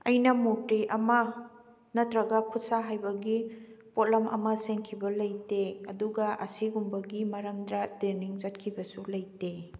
ꯑꯩꯅ ꯃꯨꯔꯇꯤ ꯑꯃ ꯅꯠꯇ꯭ꯔꯒ ꯈꯨꯠꯁꯥ ꯍꯩꯕꯒꯤ ꯄꯣꯠꯂꯝ ꯑꯃ ꯁꯦꯝꯈꯤꯕ ꯂꯩꯇꯦ ꯑꯗꯨꯒ ꯑꯁꯤꯒꯨꯝꯕꯒꯤ ꯃꯔꯝꯗ ꯇ꯭ꯔꯦꯅꯤꯡ ꯆꯠꯈꯤꯕꯁꯨ ꯂꯩꯇꯦ